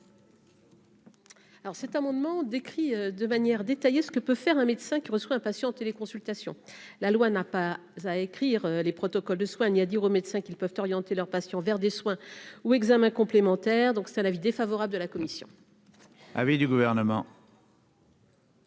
Alors cet amendement décrit de manière détaillée ce que peut faire un médecin qui reçoit un patient téléconsultation la loi n'a pas à écrire les protocoles de soins ni à dire aux médecins qu'ils peuvent orienter leurs patients vers des soins ou examens complémentaires, donc c'est un avis défavorable de la commission. Ah oui du gouvernement.